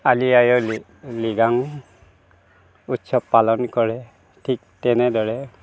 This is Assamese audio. আলি আয়ে লিগাং উৎসৱ পালন কৰে ঠিক তেনেদৰে